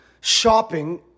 shopping